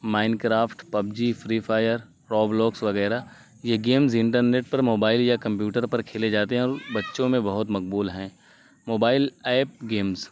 mine craft PUBG free fire پراب لاگس وغیرہ یہ گیمز انٹرنیٹ پر موبائل یا کمپیوٹر پر کھیلے جاتے ہیں اور بچوں میں بہت مقبول ہیں موبائل ایپ گیمز